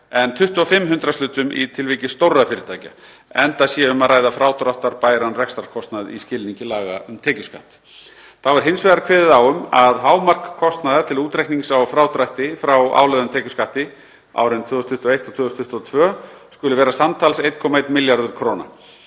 hundraðshlutum í tilviki stórra fyrirtækja enda sé um að ræða frádráttarbæran rekstrarkostnað í skilningi laga um tekjuskatt. Þá er hins vegar kveðið á um að hámark kostnaðar til útreiknings á frádrætti frá álögðum tekjuskatti árin 2021 og 2022 skuli vera samtals 1,1 milljarður kr.,